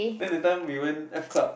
then that time we went F-club